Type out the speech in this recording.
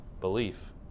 belief